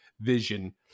vision